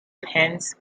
pants